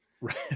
Right